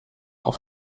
auf